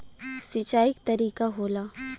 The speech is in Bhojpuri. सिंचाई क तरीका होला